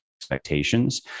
expectations